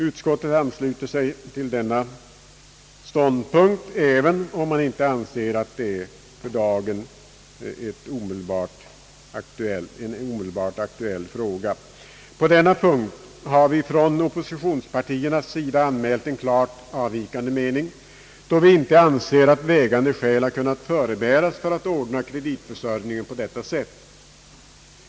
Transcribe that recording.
Utskottet ansluter sig till denna ståndpunkt, även om det inte anser det vara en för dagen omedelbart aktuell fråga. På denna punkt har vi från oppositionspartierna anmält en klart avvikande mening, då vi inte anser att vä gande skäl har kunnat förebäras för att ordna kreditförsörjningen på detta sätt.